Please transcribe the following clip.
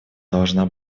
должна